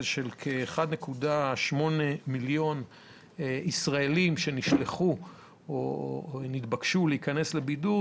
של 1.8 מיליון ישראלים שנתבקשו להיכנס לבידוד,